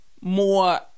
more